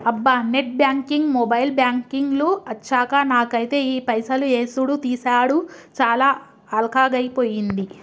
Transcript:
అబ్బా net banking mobile banking లు అచ్చాక నాకైతే ఈ పైసలు యేసుడు తీసాడు చాలా అల్కగైపోయింది